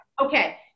okay